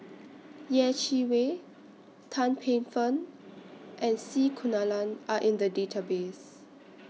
Yeh Chi Wei Tan Paey Fern and C Kunalan Are in The Database